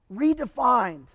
redefined